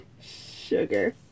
Sugar